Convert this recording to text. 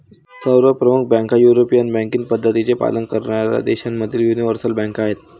सर्व प्रमुख बँका युरोपियन बँकिंग पद्धतींचे पालन करणाऱ्या देशांमधील यूनिवर्सल बँका आहेत